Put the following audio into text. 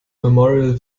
memorial